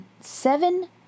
seven